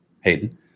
Hayden